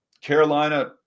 Carolina